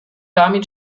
damit